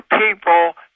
people